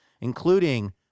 including